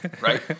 Right